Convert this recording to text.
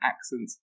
accents